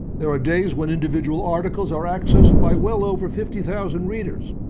there are days when individual articles are accessed by well over fifty thousand readers.